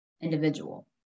individual